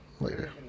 later